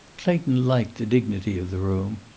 clayton liked the dignity of the room,